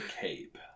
cape